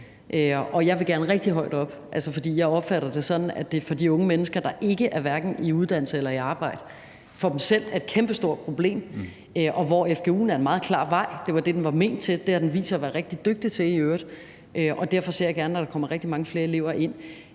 på. Jeg vil gerne rigtig højt op, for jeg opfatter det sådan, at det for de unge mennesker selv, der hverken er i uddannelse eller i arbejde, er et kæmpestort problem, og hvor fgu'en er en meget klar vej. Det var det, den var ment som, og den har jo vist sig at være rigtig god til det, og derfor ser jeg gerne, at der kommer mange flere elever ind.